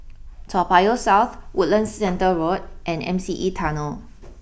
Toa Payoh South Woodlands Centre Road and M C E Tunnel